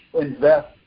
invest